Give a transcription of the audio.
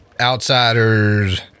Outsiders